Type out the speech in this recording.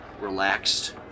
relaxed